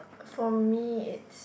for me it's